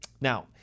Now